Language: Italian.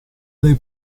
dei